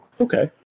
okay